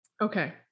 Okay